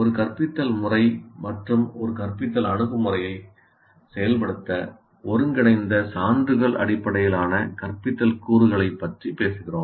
ஒரு கற்பித்தல் முறை மற்றும் ஒரு கற்பித்தல் அணுகுமுறையை செயல்படுத்த ஒருங்கிணைந்த சான்றுகள் அடிப்படையிலான கற்பித்தல் கூறுகளைப் பற்றி பேசுகிறோம்